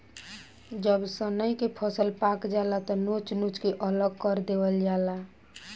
जब सनइ के फसल पाक जाला त नोच नोच के अलग कर देवल जाला